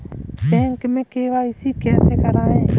Bank में KYC कैसे करायें?